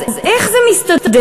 אז איך זה מסתדר?